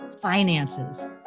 finances